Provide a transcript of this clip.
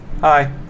Hi